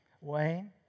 Wayne